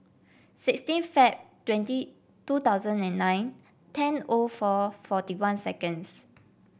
sixteen Feb twenty two thousand and nine ten O four forty one seconds